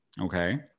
Okay